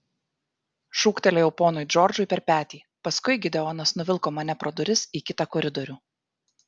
šūktelėjau ponui džordžui per petį paskui gideonas nuvilko mane pro duris į kitą koridorių